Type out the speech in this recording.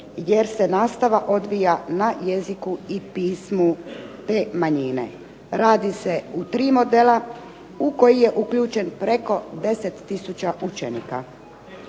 jer se nastava odvija na jeziku i pismu te manjine. Radi se u tri modela u koji je uključen preko 10000 učenika.